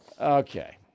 Okay